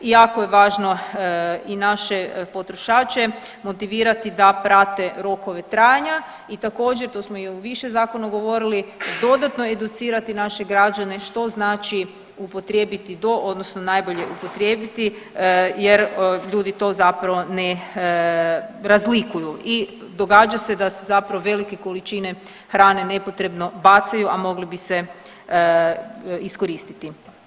Jako je važno i naše potrošače motivirati da prate rokove trajanja i također to smo i u više zakona govorili dodatno educirati naše građane što znači upotrijebiti do odnosno najbolje upotrijebiti jer ljudi to zapravo ne razlikuju i događa se da se zapravo velike količine hrane nepotrebno bacaju, a mogli bi se iskoristiti.